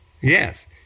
Yes